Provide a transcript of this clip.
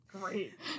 great